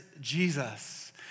Jesus